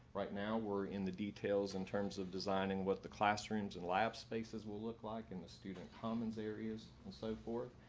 right now we're in the details in terms of designing what the classrooms and lab spaces will look like in the student commons areas and so forth,